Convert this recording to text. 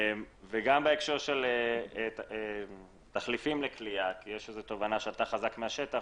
גם בהקשר של תחליפים לכליאה כי יש תובנה שעלתה חזק מהשטח